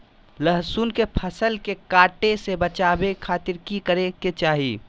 लहसुन के फसल के कीट से बचावे खातिर की करे के चाही?